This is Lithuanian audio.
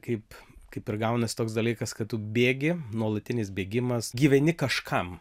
kaip kaip ir gaunasi toks dalykas kad tu bėgi nuolatinis bėgimas gyveni kažkam